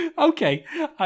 Okay